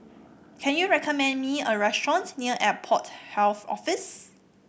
can you recommend me a restaurant near Airport Health Office